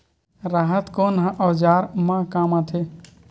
राहत कोन ह औजार मा काम आथे?